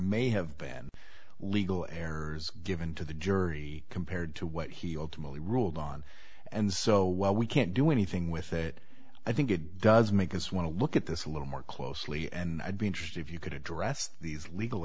may have been legal errors given to the jury compared to what he owed money ruled on and so while we can't do anything with it i think it does make us want to look at this a little more closely and i'd be interested if you could address these legal